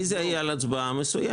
רביזיה היא על הצבעה מסוימת.